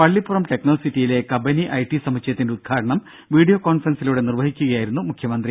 പള്ളിപ്പുറം ടെക്നോസിറ്റിയിലെ കബനി ഐടി സമുച്ചയത്തിന്റെ ഉദ്ഘാടനം വീഡിയോ കോൺഫറൻസിലൂടെ നിർവഹിച്ച് സംസാരിക്കുകയായിരുന്നു മുഖ്യമന്ത്രി